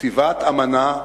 לכתיבת אמנה,